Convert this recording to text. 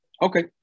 Okay